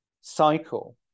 cycle